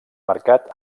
marcat